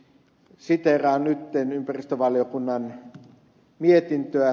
siteeraan ympäristövaliokunnan mietintöä